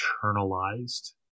internalized